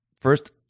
first